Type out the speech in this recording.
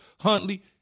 Huntley